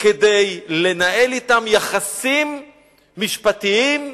כדי לנהל אתם יחסים משפטיים,